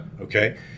Okay